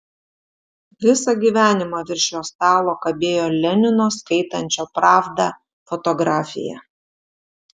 visą gyvenimą virš jo stalo kabėjo lenino skaitančio pravdą fotografija